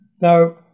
Now